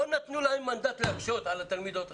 לא נתנו להם מנדט להקשות על התלמידות החרדיות.